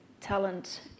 talent